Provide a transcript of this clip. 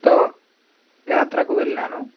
తో యాత్రకు వెళ్ళినాను